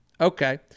okay